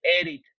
edit